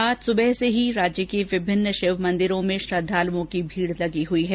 आज सुबह से ही राज्य के विभिन्न शिव मंदिरों में श्रद्वालुओं की भीड लगी हुई है